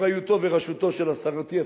אחריותו וראשותו של השר אטיאס,